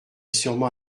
sûrement